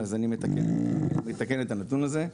אני מתקן את הנתון הזה.